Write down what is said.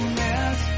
mess